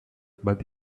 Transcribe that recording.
but